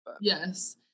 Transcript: Yes